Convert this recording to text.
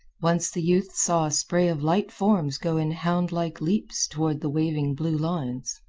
once the youth saw a spray of light forms go in houndlike leaps toward the waving blue lines.